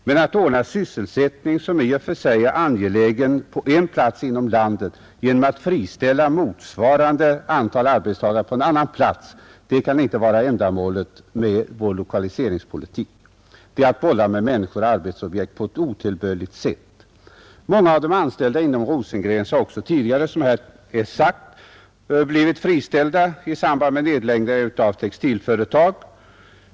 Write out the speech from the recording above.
Men att ordna en sysselsättning, som i och för sig är angelägen, på en plats inom landet genom att friställa motsvarande antal arbetstagare på en annan plats kan inte vara ändamålet med vår lokaliseringspolitik — det är att bolla med människor och arbetsobjekt på ett otillbörligt sätt. Många av de anställda inom Rosengrens har också tidigare, som här sagts, blivit friställda i samband med nedläggningar av textilföretag.